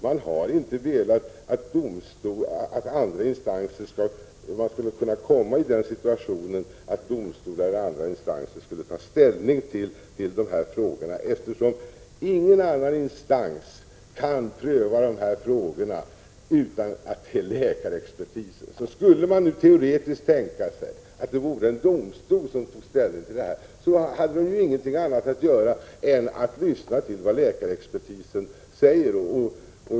Man har inte velat komma i den situationen att domstolar och andra instanser skall ta ställning till de här frågorna. Ingen instans kan ju pröva dessa frågor utan att anlita läkarexpertis. Skulle man teoretiskt tänka sig att en domstol hade att ta ställning, kunde den inte göra annat än att lyssna till vad läkarexpertisen säger.